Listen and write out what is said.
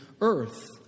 earth